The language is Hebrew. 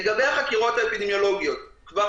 לגבי החקירות האפידמיולוגיות כבר